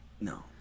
No